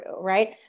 Right